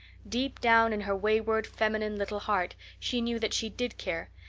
deep down in her wayward, feminine little heart she knew that she did care,